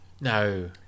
No